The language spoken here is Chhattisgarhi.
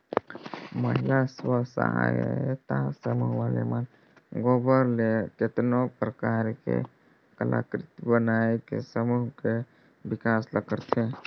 महिला स्व सहायता समूह वाले मन गोबर ले केतनो परकार के कलाकृति बनायके समूह के बिकास ल करथे